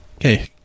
Okay